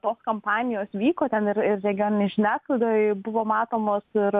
tos kampanijos vyko ten ir ir regioninė žiniasklaida buvo matomos ir